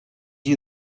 you